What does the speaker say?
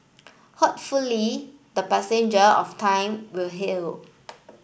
hopefully the passenger of time will heal